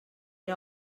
era